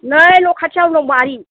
नै न' खाथियावनो दं बारि